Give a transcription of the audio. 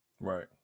Right